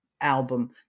album